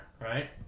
right